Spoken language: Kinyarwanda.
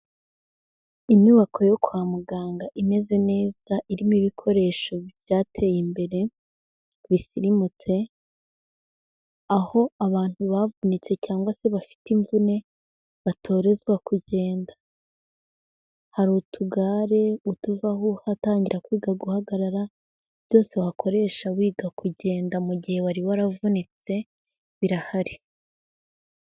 Inyubako yo kwa muganga imeze neza, irimo ibikoresho byateye imbere bisirimutse. Aho abantu bavunitse cyangwa se bafite imvune batorezwa kugenda. Hari utugare, utuvaho ugatangira kwiga guhagarara, byose wakoresha wiga kugenda mu gihe wari waravunitse birahari.